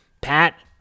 Pat